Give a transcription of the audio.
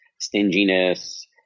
stinginess